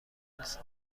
نیست